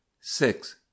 six